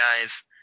guys